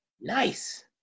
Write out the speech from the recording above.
Nice